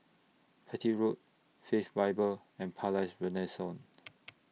Petir Road Faith Bible and Palais Renaissance